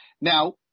now